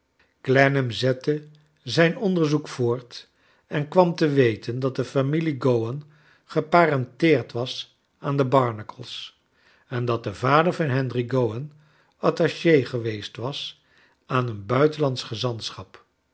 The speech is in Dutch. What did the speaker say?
clennam zette zijn onderzoek voort en kwam te weten dat de familie go wan geparenteerd was aan de barnacles en dat de vader van henry go wan attache geweest was aan een buitenlandsch gezantschap